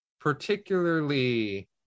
particularly